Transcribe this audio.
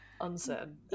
unsaid